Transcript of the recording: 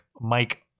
mike